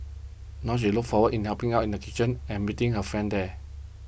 now she looks forward in helping out in the kitchen and meeting her friends there